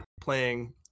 playing